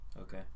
Okay